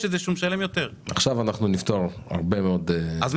עכשיו אנחנו נפטור הרבה מאוד --- אלכס,